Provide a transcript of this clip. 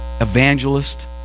evangelist